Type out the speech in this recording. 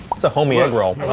it's a homey egg roll.